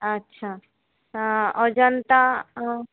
আচ্ছা অজন্তা